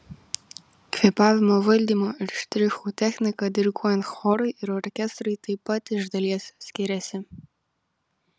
kvėpavimo valdymo ir štrichų technika diriguojant chorui ir orkestrui taip pat iš dalies skiriasi